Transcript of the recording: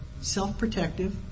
self-protective